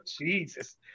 Jesus